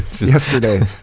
Yesterday